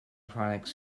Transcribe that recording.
products